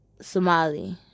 Somali